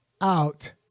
out